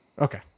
Okay